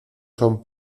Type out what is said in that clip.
son